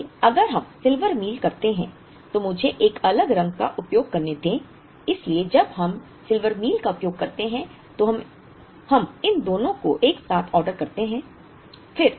इसलिए अगर हम सिल्वर मील करते हैं तो मुझे एक अलग रंग का उपयोग करने दें इसलिए जब हम सिल्वर मील का उपयोग करते हैं तो हम इन दोनों को एक साथ ऑर्डर करते हैं